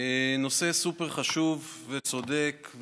נושא סופר-חשוב וצודק,